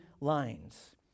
lines